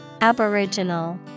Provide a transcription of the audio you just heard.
Aboriginal